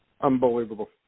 unbelievable